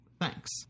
Thanks